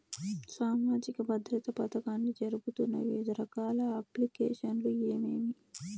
సామాజిక భద్రత పథకాన్ని జరుపుతున్న వివిధ రకాల అప్లికేషన్లు ఏమేమి?